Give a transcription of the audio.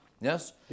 Yes